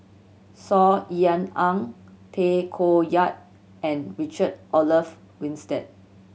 Saw Ean Ang Tay Koh Yat and Richard Olaf Winstedt